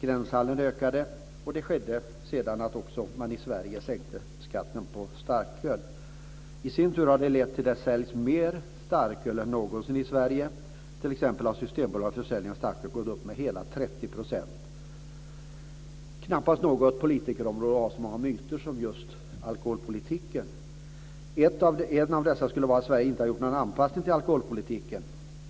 Gränshandeln ökade, och det blev så att man även i Sverige sedan sänkte skatten på starköl. I sin tur har det lett till att det säljs mer starköl än någonsin i Sverige. Systembolagets försäljning av starköl har t.ex. gått upp med hela Knappast något politikområde rymmer så många myter som just alkoholpolitiken. En av dessa är att Sverige inte har gjort någon anpassning till alkoholpolitiken.